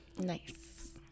Nice